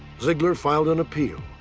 zeigler filed an appeal.